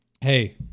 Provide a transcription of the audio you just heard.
hey